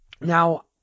Now